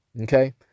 Okay